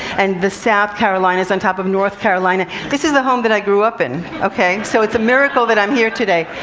and that south carolina is on top of north carolina, this is the home that i grew up in, ok? so, it's a miracle that i'm here today.